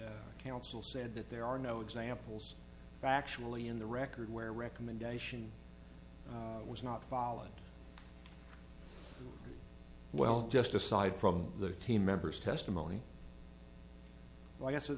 counsel said that there are no examples factually in the record where recommendation was not followed well just aside from the team members testimony like i said